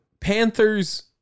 panthers